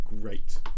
great